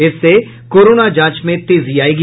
इससे कोरोना जांच में तेजी आयेगी